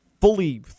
Fully